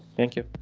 thank you.